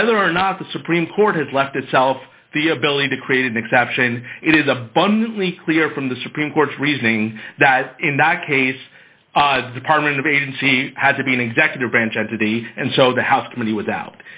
whether or not the supreme court has left itself the ability to create an exception it is abundantly clear from the supreme court's reasoning that in that case the department of agency has to be an executive branch entity and so the house committee without